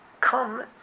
come